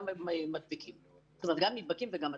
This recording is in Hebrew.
נדבקים וגם מדביקים.